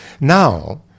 now